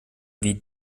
wie